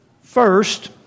first